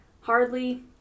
hardly